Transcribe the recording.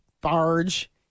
barge